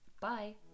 bye